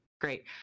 Great